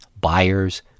buyers